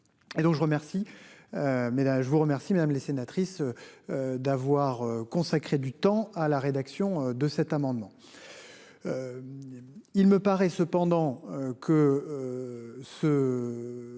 je vous remercie madame les sénatrices. D'avoir consacré du temps à la rédaction de cet amendement.